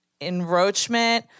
enroachment